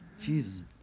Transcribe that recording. Jesus